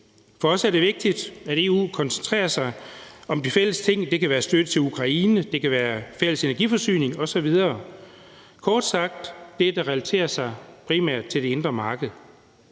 For os er det vigtigt, at EU koncentrerer sig om de fælles ting – det kan være støtte til Ukraine, det kan være fælles energiforsyning osv., kort sagt det, der relaterer sig primært til det indre marked.